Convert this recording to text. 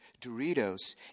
Doritos